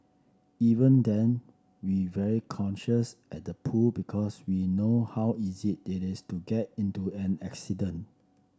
even then we very cautious at the pool because we know how easy it is to get into an accident